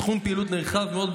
תחום פעילות נרחב מאוד,